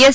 S